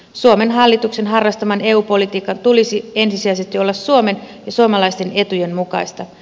suomen hallituksen harrastaman eu politiikan tulisi ensisijaisesti olla suomen ja suomalaisten etujen mukaista